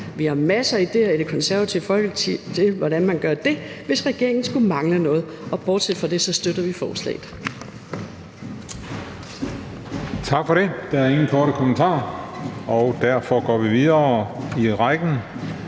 Vi har masser af idéer i Det Konservative Folkeparti til, hvordan man gør det, hvis regeringen skulle mangle noget. Og bortset fra det støtter vi forslaget.